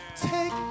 Take